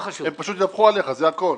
הם פשוט ידווחו עליך, זה הכל.